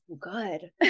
good